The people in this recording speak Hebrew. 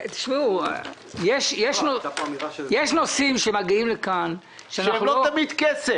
יש נושאים שמגיעים לכאן --- שהם לא תמיד כסף.